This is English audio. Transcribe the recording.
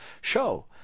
show